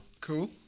cool